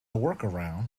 workaround